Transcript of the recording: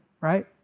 right